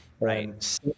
right